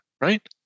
right